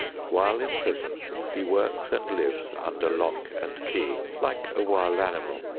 while in prison he works and lives under lock and key, like a wild animal,